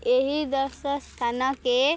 ଏହି ଦର୍ଶ ସ୍ଥାନକେ